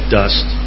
dust